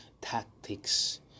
tactics